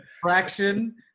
Fraction